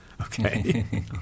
Okay